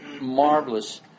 marvelous